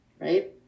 Right